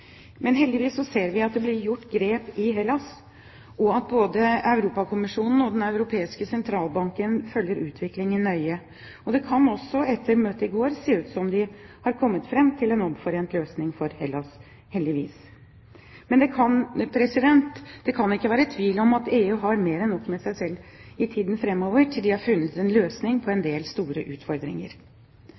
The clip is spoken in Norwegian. Men heldigvis ser vi at det blir gjort grep i Hellas, og at både Europakommisjonen og Den europeiske sentralbank følger utviklingen nøye. Det kan også – etter møtet i går – se ut som om de har kommet fram til en omforent løsning for Hellas, heldigvis. Men det kan ikke være tvil om at EU har mer enn nok med seg selv i tiden framover, til de har funnet en løsning på en del store utfordringer.